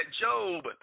Job